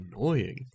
annoying